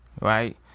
right